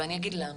ואני אגיד למה,